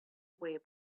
way